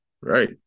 Right